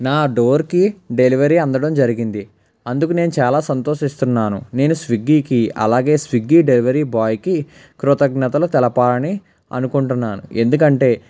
నా డోర్కి డెలివరీ అందడం జరిగింది అందుకు నేను చాలా సంతోషిస్తున్నాను నేను స్విగ్గికి అలాగే స్విగ్గి డెలివరీ బాయ్కి కృతజ్ఞతలు తెలపాలని అనుకుంటున్నాను ఎందుకంటే